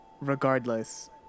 regardless